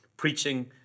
preaching